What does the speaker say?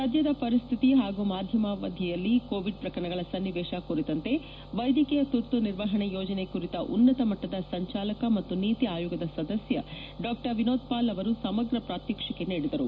ಸದ್ಲದ ಪರಿಸ್ಥಿತಿ ಹಾಗೂ ಮಧ್ಲಮಾವಧಿಯಲ್ಲಿ ಕೋವಿಡ್ ಪ್ರಕರಣಗಳ ಸನ್ನಿವೇಶ ಕುರಿತಂತೆ ವೈದ್ಲಕೀಯ ತುರ್ತು ನಿರ್ವಹಣೆ ಯೋಜನೆ ಕುರಿತ ಉನ್ನತಮಟ್ಲದ ಸಂಚಾಲಕ ಮತ್ತು ನೀತಿ ಆಯೋಗದ ಸದಸ್ನ ಡಾ ವಿನೋದ್ಪಾಲ್ ಅವರು ಸಮಗ್ರ ಪ್ರಾತ್ಯಕ್ಷಿಕೆ ನೀಡಿದರು